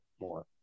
more